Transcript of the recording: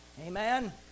Amen